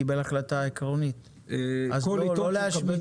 קיבל החלטה עקרונית, אז לא להשמיץ את כולם.